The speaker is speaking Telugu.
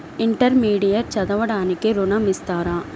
ఇంటర్మీడియట్ చదవడానికి ఋణం ఎంత ఇస్తారు?